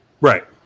Right